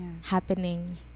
happening